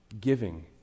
Giving